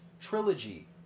Trilogy